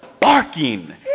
barking